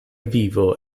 vivo